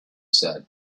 said